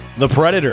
the predator